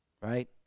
right